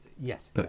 yes